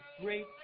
great